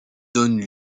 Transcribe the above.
donne